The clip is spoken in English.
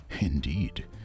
Indeed